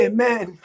Amen